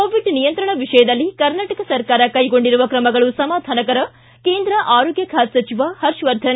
Covid ನಿಯಂತ್ರಣ ವಿಷಯದಲ್ಲಿ ಕರ್ನಾಟಕ ಸರ್ಕಾರ ಕೈಗೊಂಡಿರುವ ತ್ರಮಗಳು ಸಮಾಧಾನಕರ ಕೇಂದ್ರ ಆರೋಗ್ತ ಖಾತೆ ಸಚಿವ ಹರ್ಷವರ್ಧನ್